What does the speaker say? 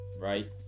right